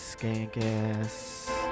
Skankass